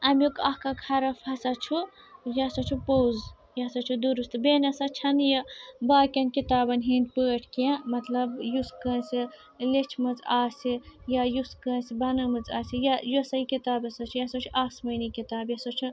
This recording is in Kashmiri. اَمیٛک اَکھ اکھ حرف ہسا چھُ یہِ ہَسا چھُ پوٚز یہِ ہَسا چھُ دُرست بیٚیہِ نَہ سا چھَنہٕ یہِ باقیَن کِتابَن ہنٛدۍ پٲٹھۍ کیٚنٛہہ مطلب یۄس کٲنٛسہِ لیٚچھمٕژ آسہِ یا یۄس کٲنٛسہِ بنٲومٕژ آسہِ یۄس ہا یہِ کِتاب ہَسا چھِ یہِ ہسا چھِ آسمٲنی کتاب یہِ ہسا چھِ